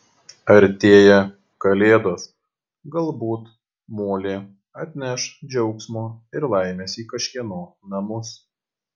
artėja kalėdos galbūt molė atneš džiaugsmo ir laimės į kažkieno namus